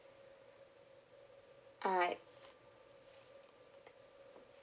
alright